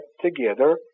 together